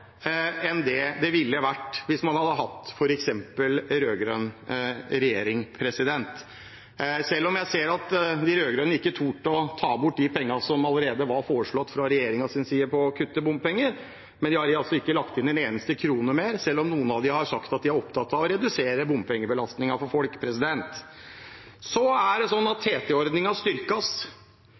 enn det ville vært hvis man hadde hatt f.eks. en rød-grønn regjering. Jeg ser at de rød-grønne ikke har tort å ta bort de pengene som allerede var foreslått fra regjeringens side når det gjaldt å kutte bompenger. De har ikke lagt inn én eneste krone mer, selv om noen av dem har sagt at de er opptatt av å redusere bompengebelastningen for folk. TT-ordningen styrkes med 30 mill. kr. Det betyr at